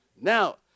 Now